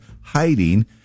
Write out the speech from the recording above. hiding